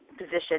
position